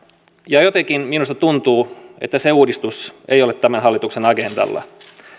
ja jotenkin minusta tuntuu että se uudistus ei ole tämän hallituksen agendalla niin